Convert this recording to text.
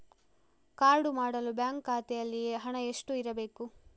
Card ಮಾಡಲು bank ಖಾತೆಯಲ್ಲಿ ಹಣ ಎಷ್ಟು ಇರಬೇಕು?